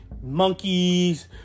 monkeys